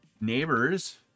neighbors